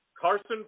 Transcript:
Carson